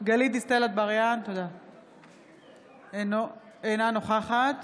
גלית דיסטל אטבריאן, אינה נוכחת